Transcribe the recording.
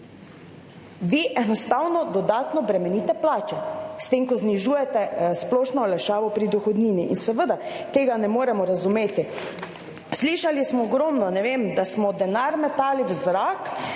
vi enostavno dodatno bremenite plače s tem, ko znižujete splošno olajšavo pri dohodnini. Seveda tega ne moremo razumeti. Slišali smo ogromno, ne vem, da smo denar metali v zrak,